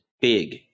big